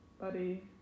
buddy